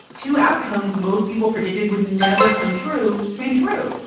two outcomes most people predicted would never come true came true.